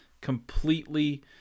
completely